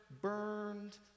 burned